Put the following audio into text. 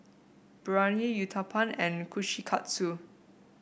Biryani Uthapam and Kushikatsu